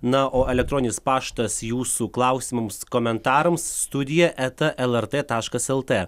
na o elektroninis paštas jūsų klausimams komentarams studija eta lrt taškas lt